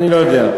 אני לא יודע.